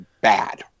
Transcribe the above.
bad